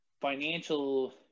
financial